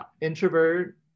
Introvert